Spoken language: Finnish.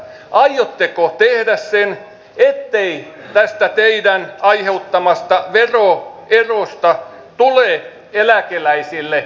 aiotteko tehdä sen ettei tästä teidän aiheuttamastanne veroerosta tule eläkeläisille pysyvää